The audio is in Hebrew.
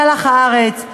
מלח הארץ,